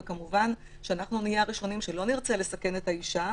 וכמובן שאנחנו נהיה הראשונים שלא נרצה לסכן את האישה,